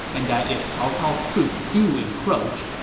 and that if cao cao's troops do encroach,